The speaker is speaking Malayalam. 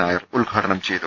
നായർ ഉദ്ഘാടനം ചെയ്തു